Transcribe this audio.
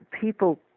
people